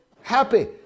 happy